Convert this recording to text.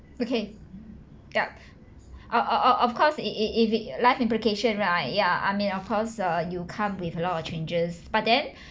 okay yup of of of of course if if if if it life implication right ya I mean of course err you come with a lot of changes but then